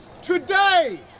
Today